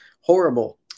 horrible